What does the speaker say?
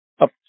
up